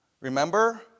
Remember